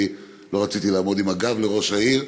אני לא רציתי לעמוד עם הגב לראש העיר.